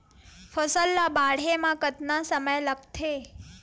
फसल ला बाढ़े मा कतना समय लगथे?